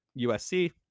USC